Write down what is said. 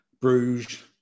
Bruges